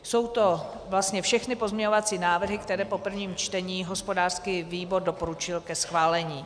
Jsou to vlastně všechny pozměňovací návrhy, které po prvním čtení hospodářský výbor doporučil ke schválení.